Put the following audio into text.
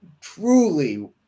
truly